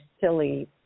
silly